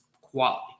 quality